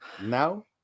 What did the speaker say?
Now